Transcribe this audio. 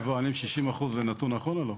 ארבעה יבואנים 60%, זה נתון נכון או לא?